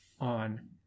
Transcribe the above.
on